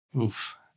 Oof